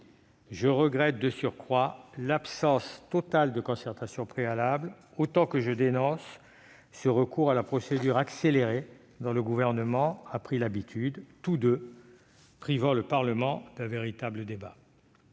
Je regrette de surcroît l'absence totale de concertation préalable, tout comme je dénonce le recours à la procédure accélérée dont le Gouvernement a pris l'habitude : tous deux privent le Parlement d'un véritable débat.